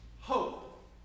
Hope